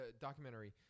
documentary